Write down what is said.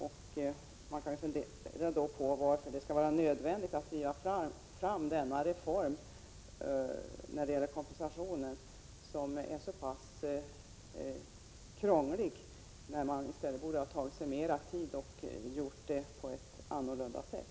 Man kan undra över varför det skall vara nödvändigt att driva fram reformen om kompensation, som är så pass krånglig, när man i stället borde ha tagit sig mera tid och gjort på ett annat sätt.